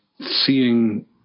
seeing